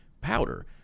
powder